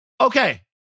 Okay